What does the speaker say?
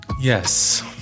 Yes